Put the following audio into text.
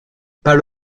pas